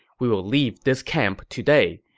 we will leave this camp today.